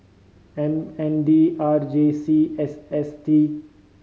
M N D R J C S S T